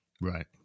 Right